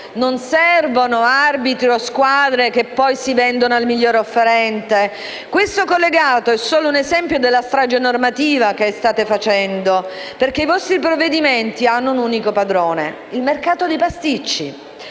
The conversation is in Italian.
non servono arbitri o squadre che poi si vendono al migliore offerente. Questo delegato è solo l'esempio della strage normativa che state facendo, perché i vostri provvedimenti hanno un unico padrone: il mercato dei pasticci.